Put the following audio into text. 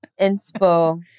Inspo